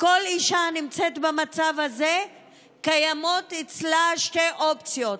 לכל אישה הנמצאת במצב הזה קיימות שתי אופציות,